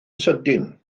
sydyn